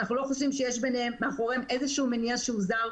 אנחנו לא חושבים שיש מאחוריהן איזשהו מניע זר,